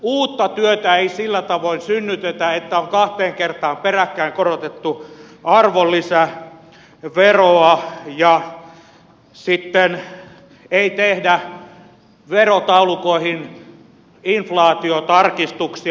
uutta työtä ei sillä tavoin synnytetä että on kahteen kertaan peräkkäin korotettu arvonlisäveroa ja sitten ei tehdä verotaulukoihin inflaatiotarkistuksia